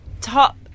top